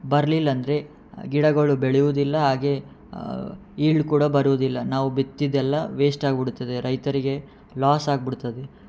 ಬರ್ಲಿಲ್ಲ ಅಂದರೆ ಗಿಡಗಳು ಬೆಳೆಯುವುದಿಲ್ಲ ಹಾಗೆ ಈಲ್ಡ್ ಕೂಡ ಬರುವುದಿಲ್ಲ ನಾವು ಬಿತ್ತಿದ್ದು ಎಲ್ಲ ವೇಸ್ಟ್ ಆಗ್ಬಿಡುತ್ತದೆ ರೈತರಿಗೆ ಲಾಸ್ ಆಗಿಬಿಡ್ತದೆ